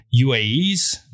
UAEs